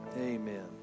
Amen